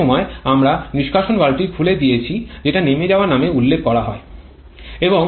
এই সময়ে আমরা নিষ্কাশন ভালভটি খুলে দিয়েছি যেটা নেমে যাওয়া নামে উল্লেখ করা যায়